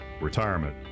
retirement